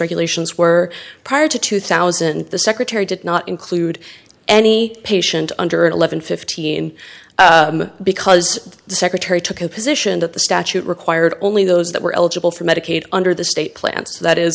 regulations were prior to two thousand the secretary did not include any patient under eleven fifteen because the secretary took a position that the statute required only those that were eligible for medicaid under the state plans that is